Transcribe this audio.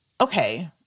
okay